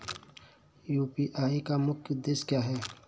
UPI का मुख्य उद्देश्य क्या है?